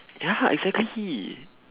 ya exactly